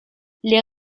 les